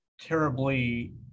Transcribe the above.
terribly